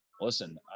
listen